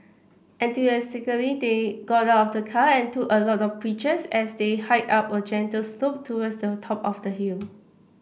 enthusiastically they got out of the car and took a lot of pictures as they hiked up a gentle slope towards the top of the hill